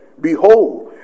behold